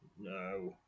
no